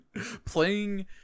playing